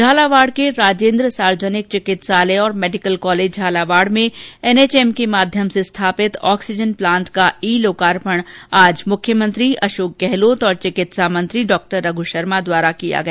झालावाड़ के राजेन्द्र सार्वजनिक चिकित्सालय और मेडिकल कॉलेज झालावाड़ में एनएचएम के माध्यम से स्थापित ऑक्सीजन प्लान्ट का ई लोकार्पण आज मुख्यमंत्री अशोक गहलोत और चिकित्सा मंत्री डॉ रघु शर्मा द्वारा किया गया